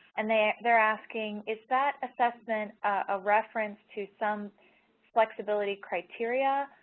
and, they ah they are asking, is that assessment a reference to some flexibility criteria?